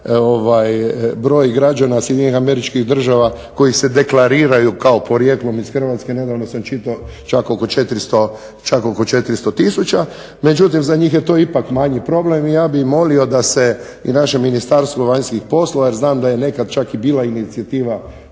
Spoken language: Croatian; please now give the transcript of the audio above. broj građana SAD-a koji se deklariraju porijeklom iz Hrvatske. Nedavno sam čitao čak oko 400 tisuća. Međutim za njih je to ipak manji problem. Ja bih molio i da se naše Ministarstvo vanjskih poslova jer znam da je nekada čak i bila inicijativa